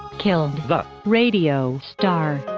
killed the radio star